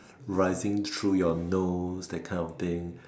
rising through your nose that kind of thing